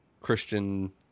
Christian –